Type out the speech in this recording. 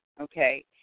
okay